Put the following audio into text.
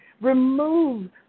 Remove